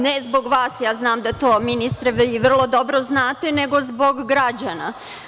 Ne zbog vas, ja znam da ministre to vrlo dobro znate, nego zbog građana.